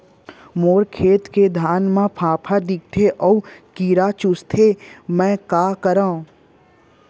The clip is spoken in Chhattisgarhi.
मोर खेत के धान मा फ़ांफां दिखत हे अऊ कीरा चुसत हे मैं का करंव?